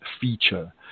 feature